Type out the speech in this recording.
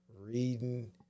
reading